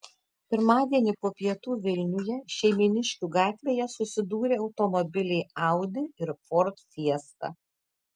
pirmadienį po pietų vilniuje šeimyniškių gatvėje susidūrė automobiliai audi ir ford fiesta